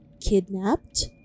kidnapped